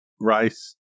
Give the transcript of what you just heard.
rice